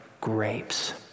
grapes